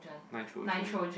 nitrogen